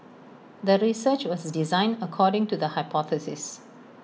the research was designed according to the hypothesis